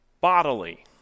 bodily